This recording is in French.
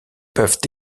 peuvent